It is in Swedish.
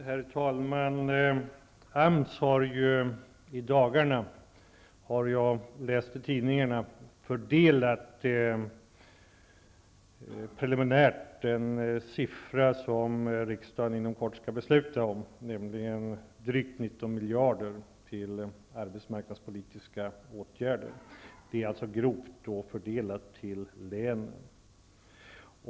Herr talman! AMS har i dagarna, har jag läst i tidningarna, fördelat preliminärt -- riksdagen skall inom kort besluta om beloppet -- drygt 19 miljarder till arbetsmarknadspolitiska åtgärder. Det har alltså skett en grov fördelning av pengarna till länen.